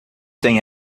tem